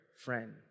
friend